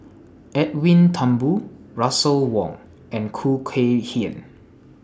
Edwin Thumboo Russel Wong and Khoo Kay Hian